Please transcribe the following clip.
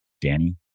Danny